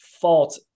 fault